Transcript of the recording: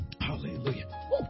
Hallelujah